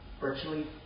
virtually